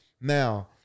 Now